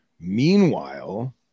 Meanwhile